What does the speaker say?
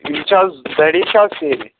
یِم چھِ حظ دَرے چھا حظ سیرِ